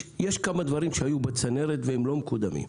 יש כמה דברים שהיו בצנרת והם לא מקודמים.